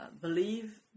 believe